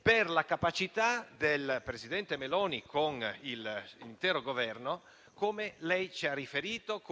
per la capacità del presidente Meloni, con l'intero Governo, come lei ci ha riferito